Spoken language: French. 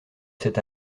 cet